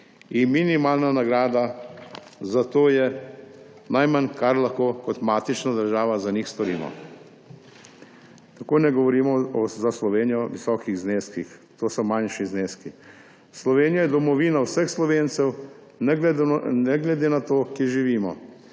in minimalna nagrada za to je najmanj, kar lahko kot matična država za njih storimo. Tako ne govorimo za Slovenijo o visokih zneskih. To so manjši zneski. Slovenija je domovina vseh Slovencev, ne glede na to, kje živimo.